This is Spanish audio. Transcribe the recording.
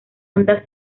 onda